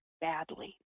badly